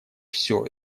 все